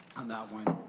on that one,